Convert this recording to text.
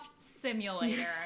Simulator